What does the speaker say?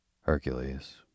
Hercules